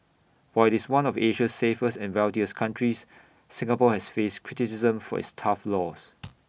while IT is one of Asia's safest and wealthiest countries Singapore has faced criticism for its tough laws